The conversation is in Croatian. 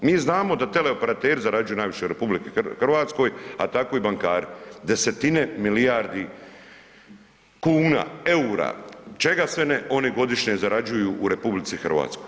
Mi znamo da teleoperateri zarađuju najviše u RH, a tako i bankari, desetine milijardi kuna, EUR-a, čega sve ne, oni godišnje zarađuju u RH.